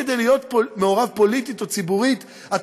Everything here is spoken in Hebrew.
כדי להיות מעורב פוליטית או ציבורית אתה